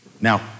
Now